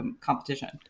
competition